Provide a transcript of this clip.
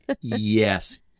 yes